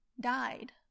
died